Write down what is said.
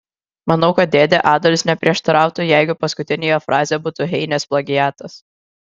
manau kad dėdė adolis neprieštarautų jeigu paskutinė jo frazė būtų heinės plagiatas